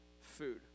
food